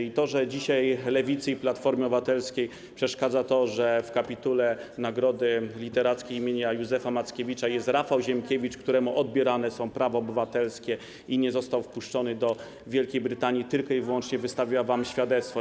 I to, że dzisiaj Lewicy i Platformie Obywatelskiej przeszkadza to, że w kapitule Nagrody Literackiej im. Józefa Mackiewicza zasiada Rafał Ziemkiewicz, któremu odbierane są prawa obywatelskie i który nie został wpuszczony do Wielkiej Brytanii, tylko i wyłącznie wystawia wam świadectwo.